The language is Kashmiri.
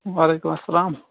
وَعلیکُم اَسلام